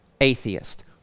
atheist